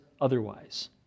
otherwise